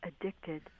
addicted